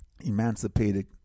emancipated